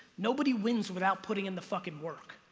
nobody wins without putting in the fucking work